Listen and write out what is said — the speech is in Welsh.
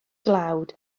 dlawd